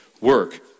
work